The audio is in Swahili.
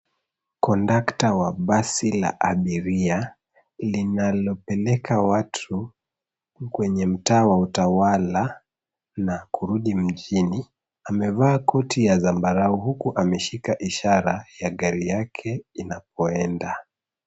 Kondakta wa basi la abiria linalopeleka watu kwenye mtaa wa utawala na kurudi mjini amevaa koti ya zambarau huku ameshika ishara ya gari yake ya inapoenda.